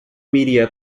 media